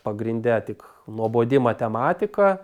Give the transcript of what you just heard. pagrinde tik nuobodi matematika